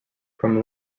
from